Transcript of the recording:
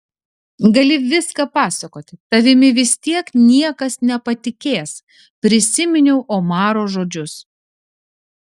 gali viską pasakoti tavimi vis tiek niekas nepatikės prisiminiau omaro žodžius